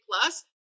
plus